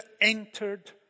entered